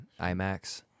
IMAX